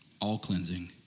all-cleansing